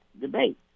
debate